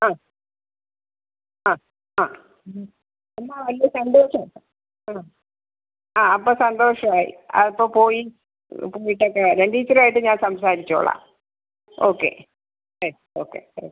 ആ ആ ആ എന്നാൽ വലിയ സന്തോഷമുണ്ട് ആണൊ ആ അപ്പം സന്തോഷവായി അപ്പോൾ പോയി പോയിട്ടക്കെ വരാം ടീച്ചറുവായിട്ട് ഞാൻ സംസാരിച്ചോളാം ഓക്കെ ശരി ഓക്കെ പറയാം